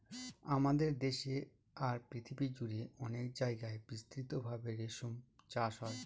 আমাদের দেশে আর পৃথিবী জুড়ে অনেক জায়গায় বিস্তৃত ভাবে রেশম চাষ হয়